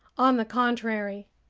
on the contrary.